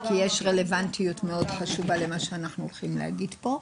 כי יש רלוונטיות מאוד חשובה למה שאנחנו הולכים להגיד פה.